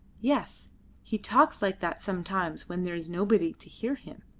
yes he talks like that sometimes when there is nobody to hear him.